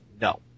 no